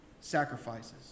sacrifices